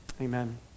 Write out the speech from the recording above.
Amen